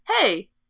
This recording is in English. Hey